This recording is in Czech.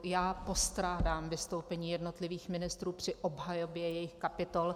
Já postrádám vystoupení jednotlivých ministrů při obhajobě jejich kapitol.